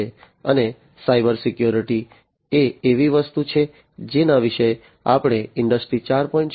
અને cyber security એ એવી વસ્તુ છે જેના વિશે આપણે ઇન્ડસ્ટ્રી 4